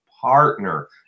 partner